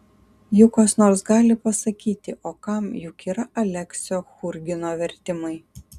juk kas nors gali pasakyti o kam juk yra aleksio churgino vertimai